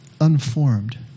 unformed